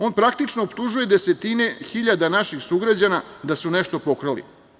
On praktično optužuje desetine hiljada naših sugrađana da su nešto pokrali.